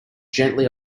gently